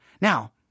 Now